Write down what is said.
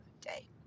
day